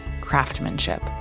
craftsmanship